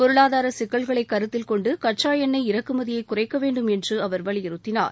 பொருளாதார சிக்கல்களை கருத்தில் கொண்டு கச்சா எண்ணெய் இறக்குமதியை குறைக்க வேண்டும் என்று அவர் வலியுறுத்தினார்